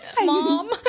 mom